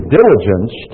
diligence